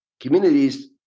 communities